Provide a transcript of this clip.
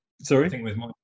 sorry